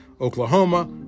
Oklahoma